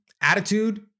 attitude